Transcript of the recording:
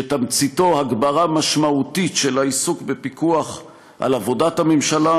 שתמציתו הגברה משמעותית של העיסוק בפיקוח על עבודת הממשלה